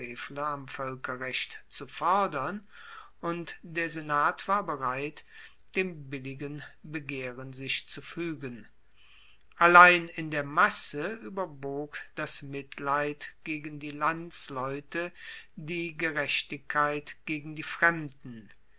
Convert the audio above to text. am voelkerrecht zu fordern und der senat war bereit dem billigen begehren sich zu fuegen allein in der masse ueberwog das mitleid gegen die landsleute die gerechtigkeit gegen die fremden